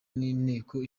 n’inteko